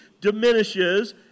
diminishes